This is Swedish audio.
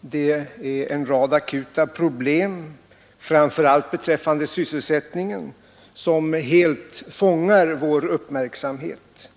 det är en rad akuta problem, framför allt beträffande sysselsättningen, som helt fångar vår uppmärksamhet.